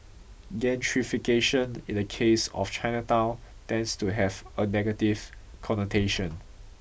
gentrification in the case of Chinatown tends to have a negative connotation